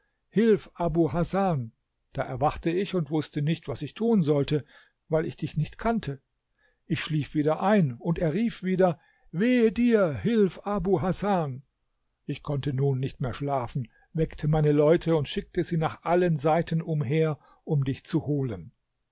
hasan da erwachte ich und wußte nicht was ich tun sollte weil ich dich nicht kannte ich schlief wieder ein und er rief wieder wehe dir hilf abu hasan ich konnte nun nicht mehr schlafen weckte meine leute und schickte sie nach allen seiten umher um dich zu holen